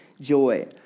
joy